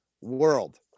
world